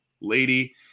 lady